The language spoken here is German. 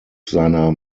seiner